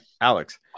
Alex